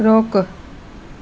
रोकु